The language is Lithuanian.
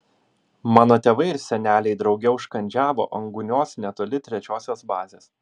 mano tėvai ir seneliai drauge užkandžiavo ant gūnios netoli trečiosios bazės